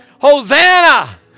Hosanna